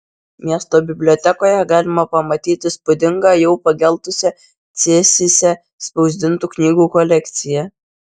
miesto bibliotekoje galima pamatyti įspūdingą jau pageltusią cėsyse spausdintų knygų kolekciją